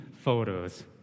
photos